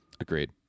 Agreed